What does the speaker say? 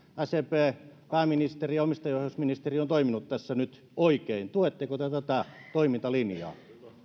sdpn pääministeri ja omistajaohjausministeri ovat toimineet tässä nyt oikein tuetteko te tätä toimintalinjaa